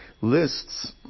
lists